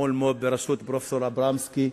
בראשות פרופסור אברמסקי,